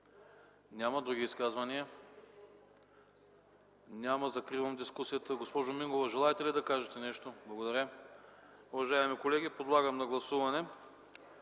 Няма. Други изказвания? Няма. Закривам дискусията. Госпожо Мингова, желаете ли да кажете нещо? Благодаря. Уважаеми колеги, първо ще подложа на гласуване